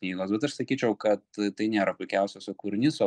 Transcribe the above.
knygos bet aš sakyčiau kad tai nėra puikiausias jo kūrinys o